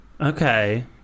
okay